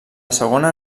segona